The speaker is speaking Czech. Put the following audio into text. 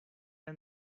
jen